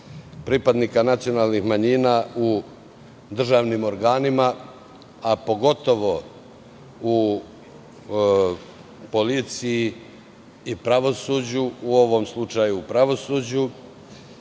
pripadnika nacionalnih manjina u državnim organima, a pogotovo u policiji i pravosuđu, u ovom slučaju u pravosuđu.